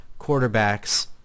quarterbacks